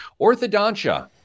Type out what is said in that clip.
orthodontia